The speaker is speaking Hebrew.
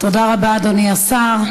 תודה רבה, אדוני השר.